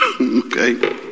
Okay